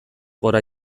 gora